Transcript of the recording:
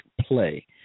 play